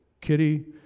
Kitty